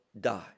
die